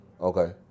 Okay